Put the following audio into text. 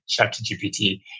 ChatGPT